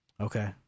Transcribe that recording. Okay